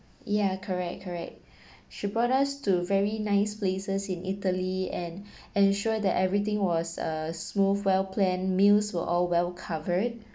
yeah correct correct she brought us to very nice places in italy and ensure that everything was uh smooth well planned meals were all well covered